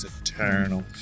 eternal